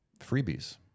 freebies